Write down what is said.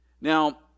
Now